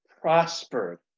prospered